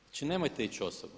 Znači, nemojte ići osobno.